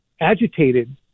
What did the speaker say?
agitated